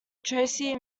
tracy